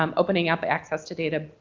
um opening up access to data,